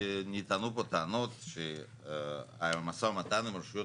נטענו פה טענות על משא ומתן עם רשויות